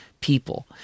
people